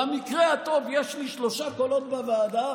במקרה הטוב יש לי שלושה קולות בוועדה,